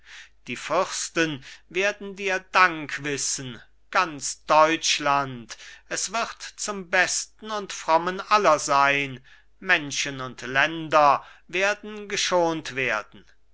die fürsten werden dir dank wissen ganz deutschland es wird zum besten und frommen aller sein menschen und länder werden geschont werden